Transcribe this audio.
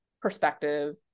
perspective